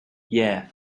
yeah